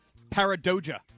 Paradoja